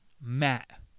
Matt